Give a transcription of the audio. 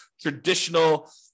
traditional